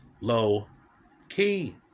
low-key